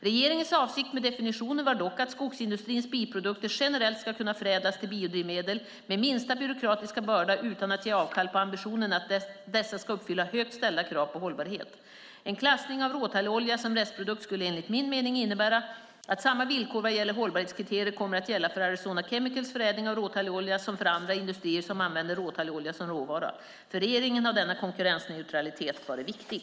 Regeringens avsikt med definitionen var dock att skogsindustrins biprodukter generellt ska kunna förädlas till biodrivmedel med minsta byråkratiska börda utan att ge avkall på ambitionen att dessa ska uppfylla högt ställda krav på hållbarhet. En klassning av råtallolja som restprodukt skulle enligt min mening innebära att samma villkor vad gäller hållbarhetskriterier kommer att gälla för Arizona Chemicals förädling av råtallolja som för andra industrier som använder råtallolja som råvara. För regeringen har denna konkurrensneutralitet varit viktig.